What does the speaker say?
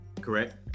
Correct